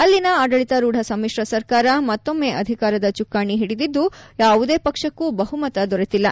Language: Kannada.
ಅಲ್ಲಿನ ಆಡಳಿತಾರೂಢ ಸಮಿಶ್ರ ಸರ್ಕಾರ ಮತ್ತೊಮ್ಮೆ ಅಧಿಕಾರದ ಚುಕ್ಕಾಣಿ ಹಿಡಿದಿದ್ದು ಯಾವುದೇ ಪಕ್ಷಕ್ಕೂ ಬಹುಮತ ದೊರೆತಿಲ್ಲ